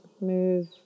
move